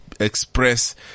express